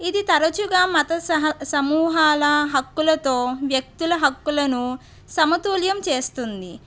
ఇది తరచుగా మత సహ సమూహాల హక్కులతో వ్యక్తుల హక్కులను సమతుల్యం చేస్తుంది